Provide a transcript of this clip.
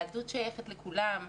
יהדות שייכת לכולם.